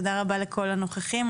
תודה רבה לכל הנוכחים.